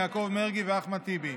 יעקב מרגי ואחמד טיבי.